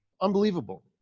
Unbelievable